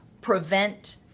prevent